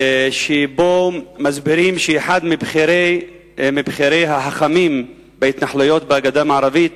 שבו מסבירים שאחד מבכירי החכמים בהתנחלויות בגדה המערבית,